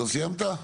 לא סיימת?